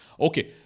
Okay